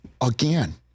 Again